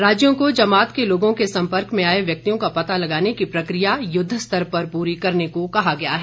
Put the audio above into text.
राज्यों को जमात के लोगों के संपर्क में आये व्यक्तियों का पता लगाने की प्रक्रिया युद्ध स्तर पर पूरी करने को कहा गया है